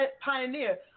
pioneer